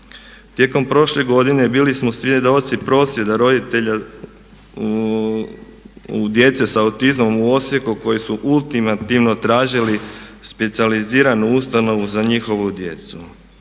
Tijekom prošle godine bili smo svjedoci prosvjeda roditelja djece sa autizmom u Osijeku koji su ultimativno tražili specijaliziranu ustanovu za njihovu djecu.